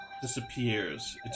disappears